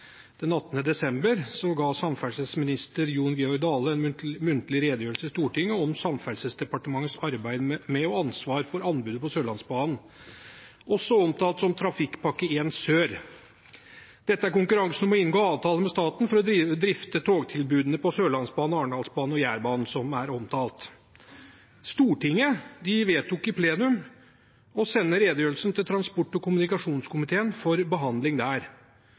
desember 2018 ga samferdselsminister Jon Georg Dale en muntlig redegjørelse i Stortinget om Samferdselsdepartementets arbeid med og ansvar for anbudet på Sørlandsbanen, også omtalt som Trafikkpakke 1 Sør. Dette er konkurransen om å inngå avtale med staten for å drifte togtilbudene på Sørlandsbanen, Arendalsbanen og Jærbanen, som er omtalt. Stortinget vedtok i plenum å sende redegjørelsen til transport- og kommunikasjonskomiteen for behandling der.